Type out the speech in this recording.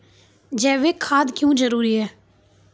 जैविक खाद क्यो जरूरी हैं?